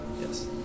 Yes